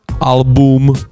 album